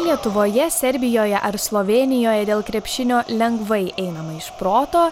lietuvoje serbijoje ar slovėnijoje dėl krepšinio lengvai einama iš proto